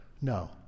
No